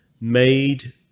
made